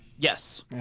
Yes